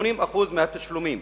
80% מהתשלומים.